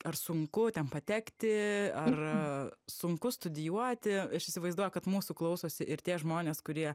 ar sunku ten patekti ar sunku studijuoti aš įsivaizduoju kad mūsų klausosi ir tie žmonės kurie